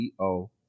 ceo